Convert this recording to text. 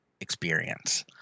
experience